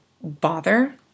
bother